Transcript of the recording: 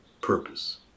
purpose